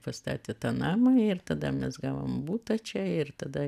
pastatė tą namą ir tada mes gavom butą čia ir tada